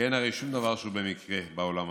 כי אין הרי שום דבר שהוא במקרה בעולם הזה,